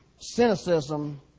cynicism